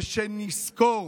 ושנזכור